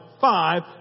five